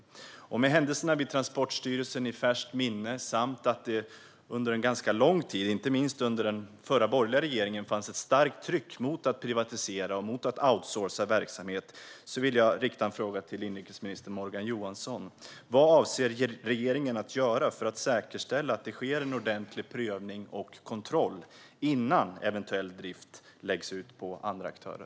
Med tanke på att händelserna i Transportstyrelsen finns i färskt minne och att det under en ganska lång tid, inte minst under den förra borgerliga regeringen, fanns ett starkt tryck på att privatisera och på att outsourca verksamhet vill jag rikta en fråga till inrikesminister Morgan Johansson: Vad avser regeringen att göra för att säkerställa att det sker en ordentlig prövning och kontroll innan eventuell drift läggs ut på andra aktörer?